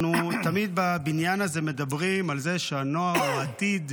אנחנו תמיד בבניין הזה מדברים על זה שהנוער הוא העתיד,